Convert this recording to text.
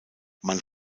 man